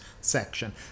section